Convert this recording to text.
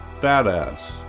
badass